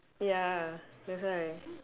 ya that's why